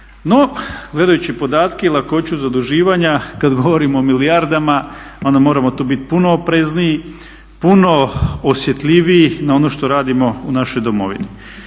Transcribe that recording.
No, gledajući podatke i lakoću zaduživanja kada govorimo o milijardama onda moramo tu biti puno oprezniji, puno osjetljiviji na ono što radimo u našoj domovini.